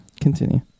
continue